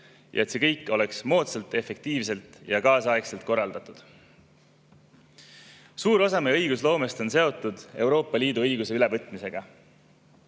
ja et see kõik oleks moodsalt, efektiivselt ja kaasaegselt korraldatud. Suur osa meie õigusloomest on seotud Euroopa Liidu õiguse ülevõtmisega.